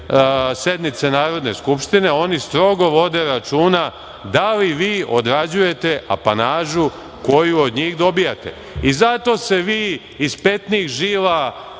sednice Narodne Skupštine, oni strogo vode računa da li vi odrađujete apanažu koju od njih dobijate i zato se vi iz petnih žila